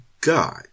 God